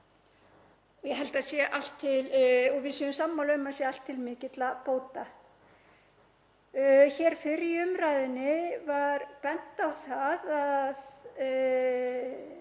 ég held að við séum sammála um að sé allt til mikilla bóta. Hér fyrr í umræðunni var bent á að það